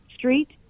street